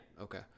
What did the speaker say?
Okay